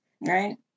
Right